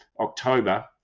October –